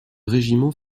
régiment